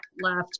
left